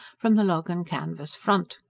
from the log-and-canvas front.